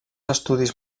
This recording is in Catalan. estudis